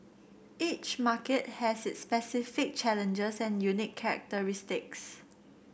each market has its specific challenges and unique characteristics